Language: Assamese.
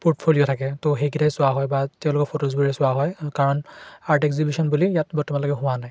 প'ৰ্টফলিঅ' থাকে তো সেইকেইটাই চোৱা হয় বা তেওঁলোকৰ ফটোজবোৰে চোৱা হয় কাৰণ আৰ্ট এক্সিবিশ্যন বুলি ইয়াত বৰ্তমানলৈকে হোৱা নাই